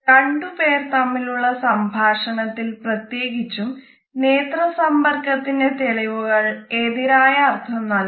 രണ്ടു പേർ തമ്മിലുള്ള സംഭാഷണത്തിൽ പ്രത്യേകിച്ചും നേത്ര സമ്പർക്കത്തിന്റെ തെളിവുകൾ എതിരായ അർഥം നൽകുന്നു